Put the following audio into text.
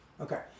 Okay